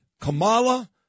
Kamala